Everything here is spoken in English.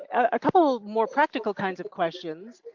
and a couple more practical kinds of questions.